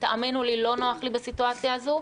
ותאמינו לי, לא נוח לי בסיטואציה הזו,